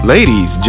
Ladies